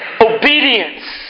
obedience